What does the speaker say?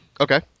Okay